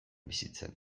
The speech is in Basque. bizitzen